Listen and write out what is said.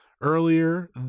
Earlier